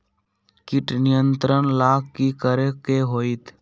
किट नियंत्रण ला कि करे के होतइ?